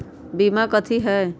बीमा कथी है?